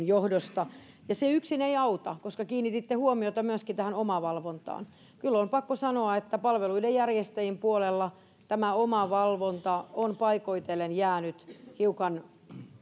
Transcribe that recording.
johdosta se yksin ei auta koska myöskin kiinnititte huomiota tähän omavalvontaan kyllä on on pakko sanoa että palveluiden järjestäjien puolella tämä omavalvonta on paikoitellen jäänyt hiukan